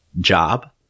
job